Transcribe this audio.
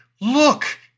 look